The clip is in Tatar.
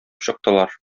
чыктылар